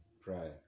prior